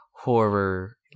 horror